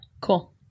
Cool